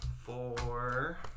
Four